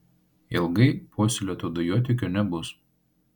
ilgai puoselėto dujotiekio nebus